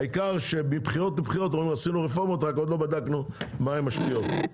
העיקר שמבחירות לבחירות עשינו רפורמות רק עוד לא בדקנו מה הן משפיעות.